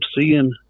seeing